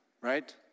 Right